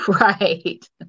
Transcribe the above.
Right